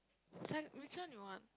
then which one you want